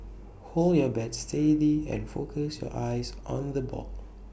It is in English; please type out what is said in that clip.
hold your bat steady and focus your eyes on the ball